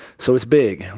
so it's big.